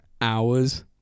hours